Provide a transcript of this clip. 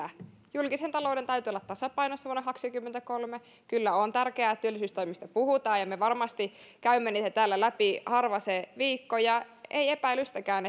julkisen talouden täytyy olla tasapainossa vuonna kaksikymmentäkolme kyllä on tärkeää että työllistämistoimista puhutaan ja me me varmasti käymme niitä täällä läpi harva se viikko ja ei epäilystäkään